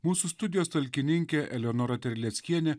mūsų studijos talkininkė eleonora terleckienė